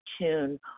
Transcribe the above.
tune